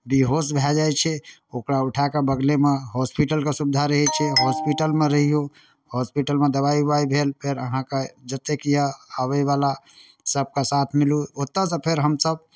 बेहोश भए जाइ छै ओकरा उठा कऽ बगलेमे हॉस्पिटलके सुविधा रहै छै हॉस्पिटलमे रहियौ होस्पिटलमे दवाइ उवाइ भेल फेर अहाँकेँ जतेक यए आबयवला सभके साथ मिलू ओतयसँ फेर हमसभ